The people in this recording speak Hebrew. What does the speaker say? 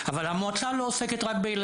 אבל זה נתון מטריד והוא עקבי לאורך השנים: